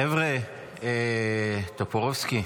חבר'ה, טופורובסקי,